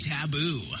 taboo